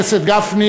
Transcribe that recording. חבר הכנסת גפני,